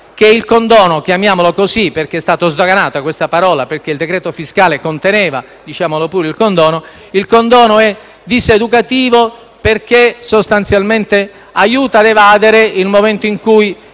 il condono) è diseducativo perché, sostanzialmente, aiuta ad evadere: nel momento in cui